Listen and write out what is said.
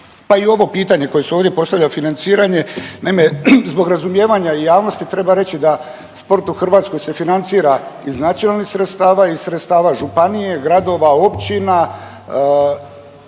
pa i ovo pitanje koje se ovdje postavlja, financiranje. Naime, zbog razumijevanja javnosti treba reći da sport u Hrvatskoj se financira iz nacionalnih sredstava i sredstava županije, gradova, općina,